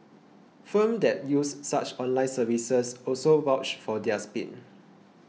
firms that use such online services also vouch for their speed